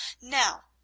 now,